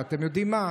ואתם יודעים מה?